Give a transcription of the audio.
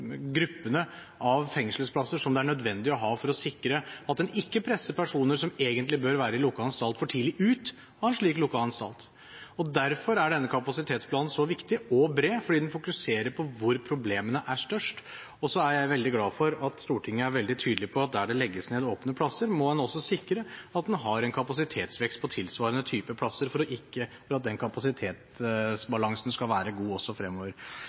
nødvendig å ha for å sikre at en ikke presser personer som egentlig bør være i lukket anstalt, for tidlig ut av en slik lukket anstalt. Derfor er denne kapasitetsplanen så viktig og bred, fordi den fokuserer på hvor problemene er størst. Og jeg er veldig glad for at Stortinget er veldig tydelig på at der det legges ned åpne plasser, må en også sikre at en har en kapasitetsvekst for tilsvarende type plasser, for at den kapasitetsbalansen skal være god også fremover.